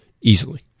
easily